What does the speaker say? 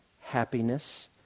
happiness